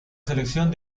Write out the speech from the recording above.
selección